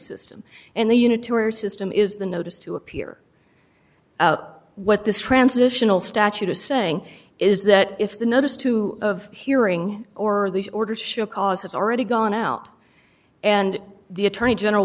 system and the unit to our system is the notice to appear out what this transitional statute is saying is that if the notice to of hearing or the orders show cause has already gone out and the attorney general